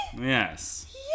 Yes